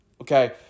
okay